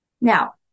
Now